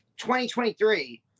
2023